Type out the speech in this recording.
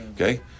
Okay